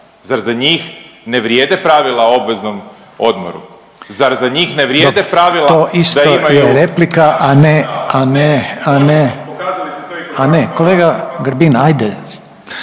Zar za njih ne vrijede pravila o obveznom odmoru? Zar za njih ne vrijede pravila da imaju **Reiner, Željko (HDZ)** Dobro, to isto je replika, a ne, a ne, a ne kolega Grbin ajde,